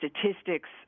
statistics